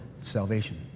Salvation